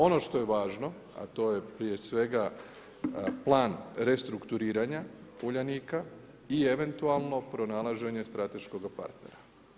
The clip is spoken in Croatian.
Ono što je važno a to je prije svega plan restrukturiranja Uljanika i eventualno pronalaženje strateškoga partnera.